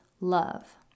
love